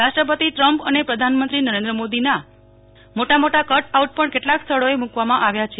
રાષ્ટ્રપતિ ટ્રમ્પ અને પ્રધાનમંત્રી નરેન્દ્ર મોદીના મોટા મોટા કટ આઉટ પણ કેટલાક સ્થળોએ મુકવામાં આવ્યા છે